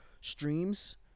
streams